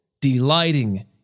delighting